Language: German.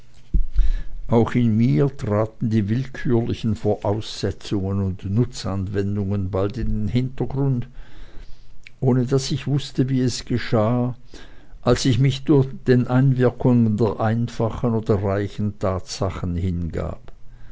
auch in mir traten die willkürlichen voraussetzungen und nutzanwendungen bald in den hintergrund ohne daß ich wußte wie es geschah als ich mich den einwirkungen der einfachen oder reichen tatsachen hingab